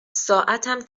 ساعتم